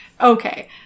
Okay